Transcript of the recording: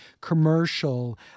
commercial